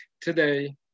today